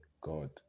god